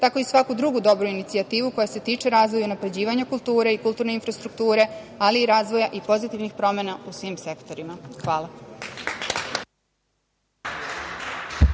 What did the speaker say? tako i svaku drugu dobru inicijativu koja se tiče razvoja i unapređivanja kulture i kulturne infrastrukture, ali i razvoja i pozitivnih promena u svim sektorima. Hvala.